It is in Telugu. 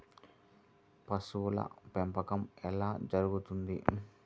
పశువుల పెంపకం ఎలా జరుగుతుంది?